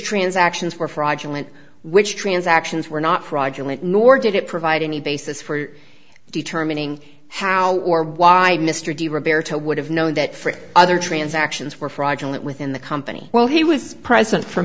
transactions were fraudulent which transactions were not fraudulent nor did it provide any basis for determining how or why mr de roberto would have known that for other transactions were fraudulent within the company while he was present for